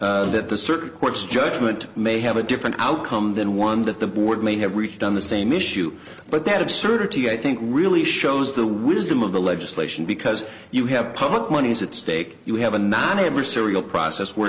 be that the circuit court's judgment may have a different outcome than one that the board may have reached on the same issue but that absurdity i think really shows the wisdom of the legislation because you have public monies at stake you have a nanny adversarial process where